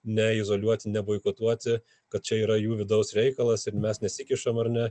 ne izoliuoti neboikotuoti kad čia yra jų vidaus reikalas ir mes nesikišam ar ne